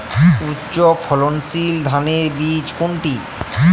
উচ্চ ফলনশীল ধানের বীজ কোনটি?